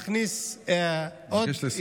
להכניס עוד, אני מבקש לסיים.